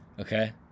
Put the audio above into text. okay